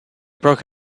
broke